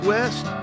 West